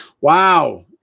Wow